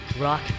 Rock